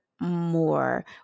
more